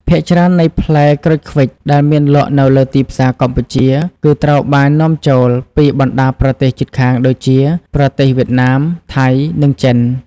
ភាគច្រើននៃផ្លែក្រូចឃ្វិចដែលមានលក់នៅលើទីផ្សារកម្ពុជា គឺ ត្រូវបាននាំចូល ពីបណ្តាប្រទេសជិតខាងដូចជាប្រទេសវៀតណាម ថៃ និងចិន។